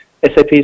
SAP